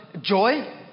joy